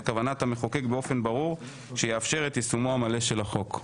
כוונת המחוקק באופן ברור שיאפשר את יישומו המלא של החוק.